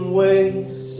ways